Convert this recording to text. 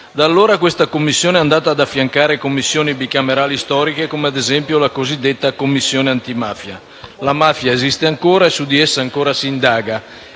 Da allora questa Commissione è andata ad affiancare Commissioni bicamerali storiche come, ad esempio, la cosiddetta Commissione antimafia. La mafia esiste ancora e su di essa ancora si indaga.